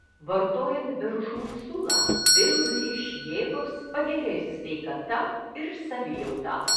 vartojant beržų sulą vėl grįš jėgos pagerės sveikata ir savijauta